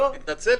תתנצל.